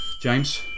James